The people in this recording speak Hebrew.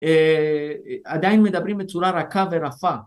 ‫עדיין מדברים בצורה רכה ורפה.